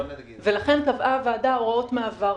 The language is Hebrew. ולכן קבעה הוועדה הוראות מעבר.